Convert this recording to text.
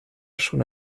schon